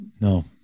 No